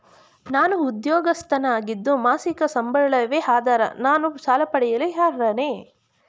ನಾನು ಉದ್ಯೋಗಸ್ಥನಾಗಿದ್ದು ಮಾಸಿಕ ಸಂಬಳವೇ ಆಧಾರ ನಾನು ಸಾಲ ಪಡೆಯಲು ಅರ್ಹನೇ?